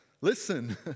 Listen